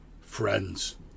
friends